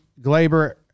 Glaber